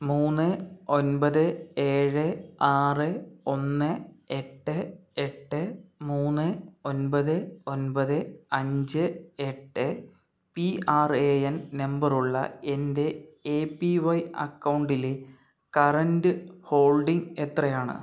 മൂന്ന് ഒൻപത് ഏഴ് ആറ് ഒന്ന് എട്ട് എട്ട് മൂന്ന് ഒൻപത് ഒൻപത് അഞ്ച് എട്ട് പി ആർ എ എൻ നമ്പറുള്ള എൻ്റെ എ പി വൈ അക്കൗണ്ടിലെ കറൻറ്റ് ഹോൾഡിംഗ് എത്രയാണ്